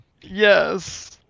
Yes